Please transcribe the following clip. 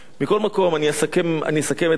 מכל מקום, אני אסכם את דברי.